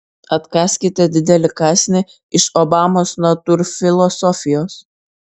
atkąskite didelį kąsnį iš obamos natūrfilosofijos